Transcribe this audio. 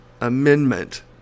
Amendment